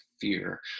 fear